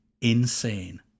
insane